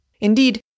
Indeed